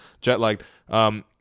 jet-lagged